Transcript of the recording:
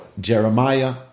Jeremiah